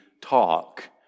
talk